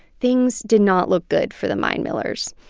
things did not look good for the mine millers.